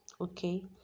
okay